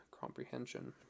comprehension